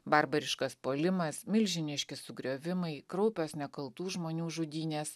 barbariškas puolimas milžiniški sugriovimai kraupios nekaltų žmonių žudynės